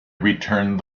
returned